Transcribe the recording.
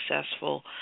successful